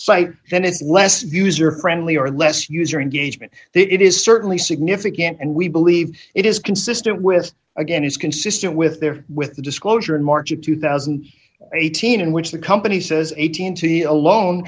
site then it's less user friendly or less user engagement it is certainly significant and we believe it is consistent with again is consistent with there with the disclosure in march of two thousand and eighteen in which the company says eighteen to be alone